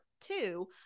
two